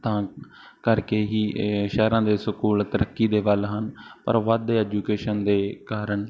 ਤਾਂ ਕਰਕੇ ਹੀ ਸ਼ਹਿਰਾਂ ਦੇ ਸਕੂਲ ਤਰੱਕੀ ਦੇ ਵੱਲ ਹਨ ਪਰ ਉਹ ਵੱਧ ਐਜੂਕੇਸ਼ਨ ਦੇ ਕਾਰਨ